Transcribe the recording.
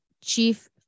chief